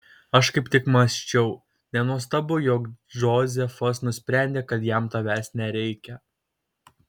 aš kaip tik mąsčiau nenuostabu jog džozefas nusprendė kad jam tavęs nereikia